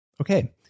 okay